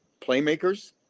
playmakers